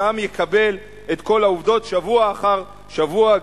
והעם יקבל את כל העובדות שבוע אחר שבוע,